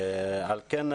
על כן,